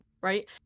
right